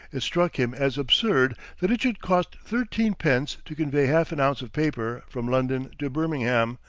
it struck him as absurd that it should cost thirteen pence to convey half an ounce of paper from london to birmingham,